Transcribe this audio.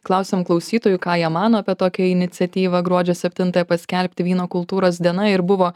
klausėm klausytojų ką jie mano apie tokią iniciatyvą gruodžio septintąją paskelbti vyno kultūros diena ir buvo